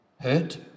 Hurt